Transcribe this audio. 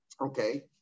Okay